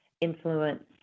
influence